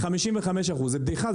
55% זה בדיחה,